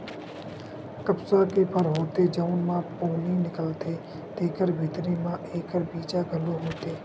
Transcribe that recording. कपसा के फर होथे जउन म पोनी निकलथे तेखरे भीतरी म एखर बीजा घलो होथे